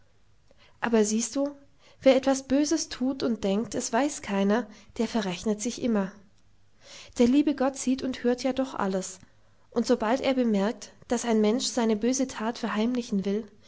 aber siehst du wer etwas böses tut und denkt es weiß keiner der verrechnet sich immer der liebe gott sieht und hört ja doch alles und sobald er bemerkt daß ein mensch seine böse tat verheimlichen will